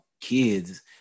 kids